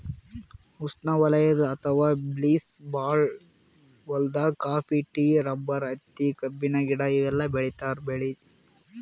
ಉಷ್ಣವಲಯದ್ ಅಥವಾ ಬಿಸ್ಲ್ ಭಾಳ್ ಹೊಲ್ದಾಗ ಕಾಫಿ, ಟೀ, ರಬ್ಬರ್, ಹತ್ತಿ, ಕಬ್ಬಿನ ಗಿಡ ಇವೆಲ್ಲ ಬೆಳಿ ಬೆಳಿತಾರ್